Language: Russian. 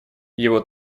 его